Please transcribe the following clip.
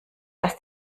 dass